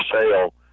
sale